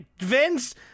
Vince